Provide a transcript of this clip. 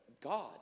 God